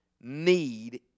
need